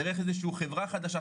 דרך איזושהי חברה חדשה,